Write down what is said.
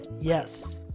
yes